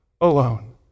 alone